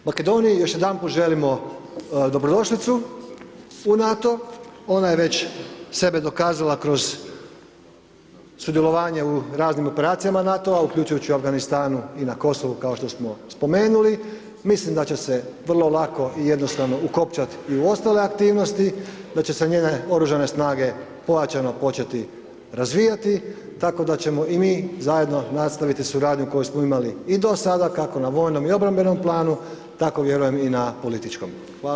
Makedoniji još jedanput želimo dobrodošlicu u NATO, ona je već sebe dokazala kroz sudjelovanje u raznim operacijama NATO-a, uključujući u Afganistanu i na Kosovu kao što smo spomenuli, mislim da će se vrlo lako i jednostavno ukopčat i u ostale aktivnosti, da će se njene oružane snage pojačano početi razvijati, tako da ćemo i mi zajedno nastaviti suradnju koju smo imali i do sada kako na vojnom i obrambenom planu, tako vjerujem i na političkom.